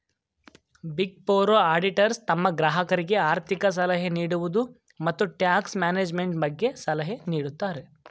big four auditors ತಮ್ಮ ಗ್ರಾಹಕರಿಗೆ ಆರ್ಥಿಕ ಸಲಹೆ ನೀಡುವುದು, ಮತ್ತು ಟ್ಯಾಕ್ಸ್ ಮ್ಯಾನೇಜ್ಮೆಂಟ್ ಬಗ್ಗೆ ಸಲಹೆ ನೀಡುತ್ತಾರೆ